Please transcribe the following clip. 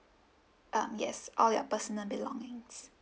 um yes all your personal belongings